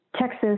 Texas